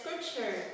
scripture